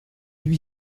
lui